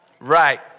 Right